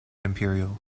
imperial